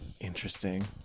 interesting